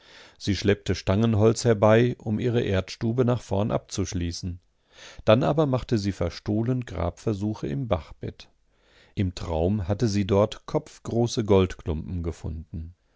sie schleppte stangenholz herbei um ihre erdstube nach vorn abzuschließen dann aber machte sie verstohlen grabversuche im bachbett im traum hatte sie dort kopfgroße goldklumpen gefunden